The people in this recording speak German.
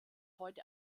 heute